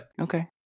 Okay